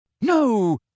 No